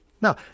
Now